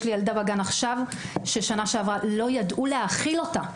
יש לי עכשיו בגן ילדה שבשנה שעברה לא ידעו להאכיל אותה,